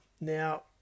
Now